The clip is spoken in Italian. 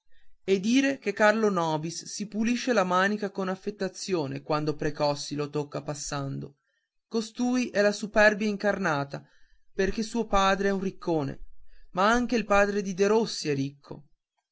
e dire che carlo nobis si pulisce la manica con affettazione quando precossi lo tocca passando costui è la superbia incarnata perché suo padre è un riccone ma anche il padre di derossi è ricco